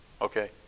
Okay